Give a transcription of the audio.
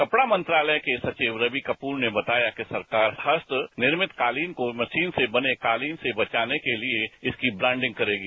कपड़ा मंत्रालय के सचिव रवि कपूर ने बताया कि सरकार खासकर निर्मित कालीन को मशीन से बने कालीन से बचाने के लिए इसकी ब्रॉडिंग करेगी